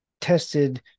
tested